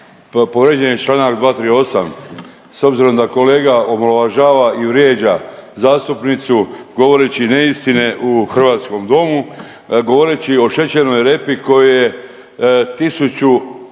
Povrijeđen je čl. 238. s obzirom da kolega omalovažava i vrijeđa zastupnicu govoreći neistine u hrvatskom domu, govoreći o šećernoj repi kojoj je tisuću